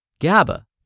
GABA